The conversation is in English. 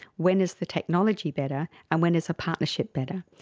when is the technology better, and when is a partnership better.